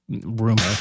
rumor